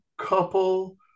couple